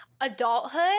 adulthood